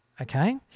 okay